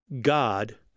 God